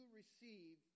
receive